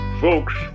Folks